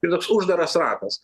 ir toks uždaras ratas